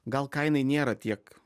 gal kainai nėra tiek